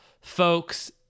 folks